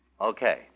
Okay